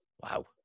Wow